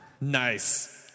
Nice